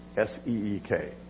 S-E-E-K